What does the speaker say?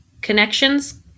connections